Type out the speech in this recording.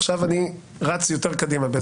עכשיו אני רץ יותר קדימה.